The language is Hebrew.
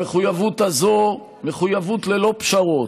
המחויבות הזאת היא מחויבות ללא פשרות,